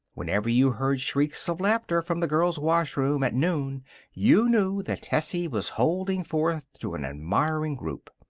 whenever you heard shrieks of laughter from the girls' washroom at noon you knew that tessie was holding forth to an admiring group.